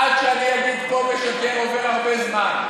תקשיב טוב, עד שאני אגיד פה "משקר" עובר הרבה זמן,